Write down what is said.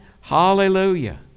Hallelujah